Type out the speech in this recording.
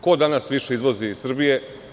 Ko danas više izvozi iz Srbije?